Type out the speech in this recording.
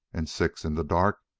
and six in the dark,